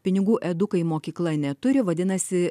pinigų edukai mokykla neturi vadinasi